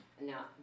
Now